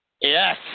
Yes